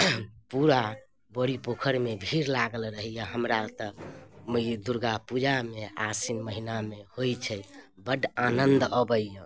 पूरा बड़ी पोखरिमे भीड़ लागल रहैए हमरा ओतऽ दुर्गापूजामे आसिन महिनामे होइ छै बड़ आनन्द अबैए